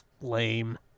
Lame